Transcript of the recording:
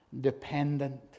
dependent